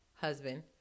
husband